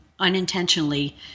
unintentionally